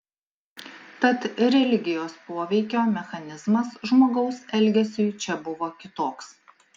tad religijos poveikio mechanizmas žmogaus elgesiui čia buvo kitoks